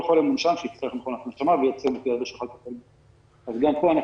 חולה מונשם שיצטרך מכונת הנשמה ו --- גם פה,